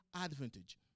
advantage